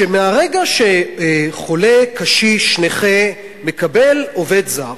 שמהרגע שחולה קשיש, נכה, מקבל עובד זר,